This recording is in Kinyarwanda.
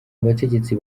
abategetsi